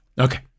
Okay